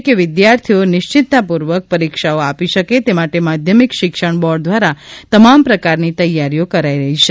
હિ વિદ્યાર્થીઓ નિશ્ચિંતતાપૂર્વક પરીક્ષાઓ આપી શકે તે માટે માધ્યમમિક શિક્ષણ બોર્ડ દ્વારા તમામ પ્રકારની તૈયારીઓ કરાઈ છે